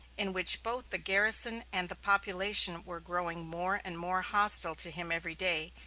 in which both the garrison and the population were growing more and more hostile to him every day,